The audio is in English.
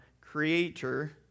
creator